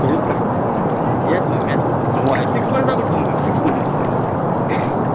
அதுவும் பிர yes ma'am yes ma'am உங்கள் சிக்ஸ் மந்த்ஸ் தான் கொடுப்போம் மேம் சிக்ஸ் மந்த்